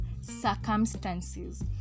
circumstances